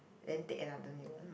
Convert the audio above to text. then take another new one